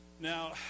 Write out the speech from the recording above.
Now